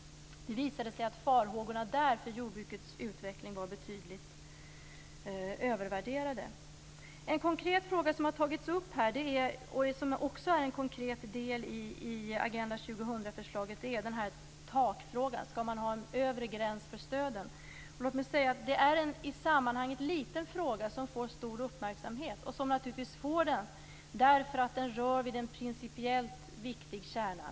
Det visade sig att farhågorna för jordbrukets utveckling var betydligt övervärderade. En konkret fråga som har tagits upp, och som är en konkret del i Agenda 2000-förslaget, är takfrågan: Skall det vara en övre gräns för stöden? Det är en i sammanhanget liten fråga som får stor uppmärksamhet. Det beror på att frågan rör vid en principiellt viktig kärna.